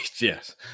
Yes